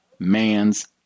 man's